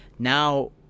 Now